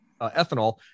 ethanol